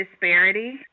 disparity